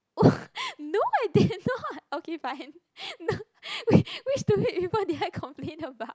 oh no I did not okay fine no which which stupid people did I complain about